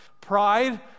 Pride